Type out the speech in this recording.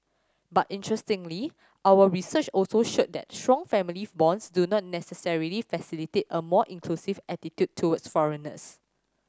but interestingly our research also showed that strong family bonds do not necessarily facilitate a more inclusive attitude towards foreigners